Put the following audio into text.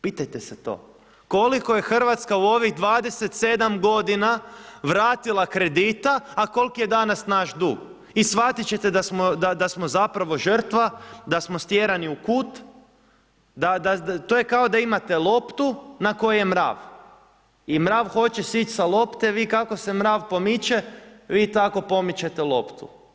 Pitajte se to koliko je Hrvatska u ovih 27 godina vratila kredita a koliki je danas naš dug i shvatite ćete da smo zapravo žrtva, da smo stjerani u kut, da to je kao da imate loptu na kojoj je mrav i mrav hoće sići sa lopte, vi kako se mrav pomiče vi tako pomičete loptu.